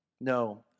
No